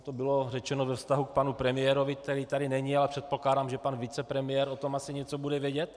Tam to bylo řečeno ve vztahu k panu premiérovi, který tady není, ale předpokládám, že pan vicepremiér o tom asi něco bude vědět.